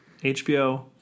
HBO